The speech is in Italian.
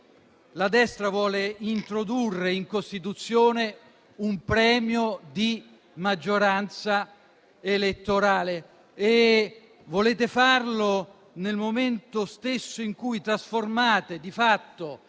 La destra vuole introdurre in Costituzione un premio di maggioranza elettorale e vuole farlo nel momento stesso in cui trasforma, di fatto,